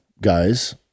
guys